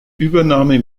übernahme